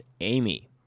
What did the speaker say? Amy